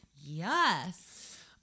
Yes